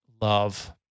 love